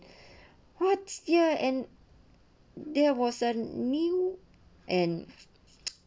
what's year and there wasn't new and